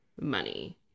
money